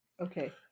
okay